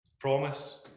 promise